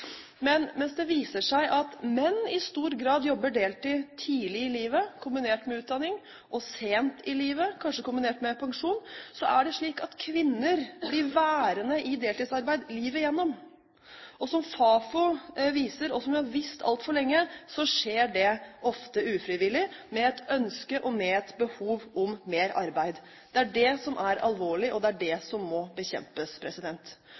Mens det viser seg at menn i stor grad jobber deltid tidlig i livet, kombinert med utdanning, og sent i livet, kanskje kombinert med pensjon, er det slik at kvinner blir værende i deltidsarbeid livet gjennom. Som Fafo viser – og som vi har visst altfor lenge – skjer det ofte ufrivillig med et ønske om og et behov for mer arbeid. Det er det som er alvorlig, og det er